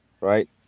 right